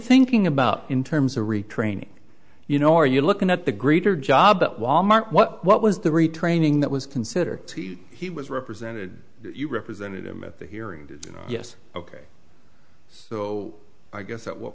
thinking about in terms of retraining you know are you looking at the greater job at wal mart what was the retraining that was considered t he was represented you represented him at the hearing yes ok so i guess at what